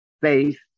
Faith